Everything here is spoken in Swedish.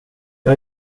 jag